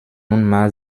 nunmehr